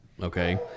Okay